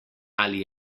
ali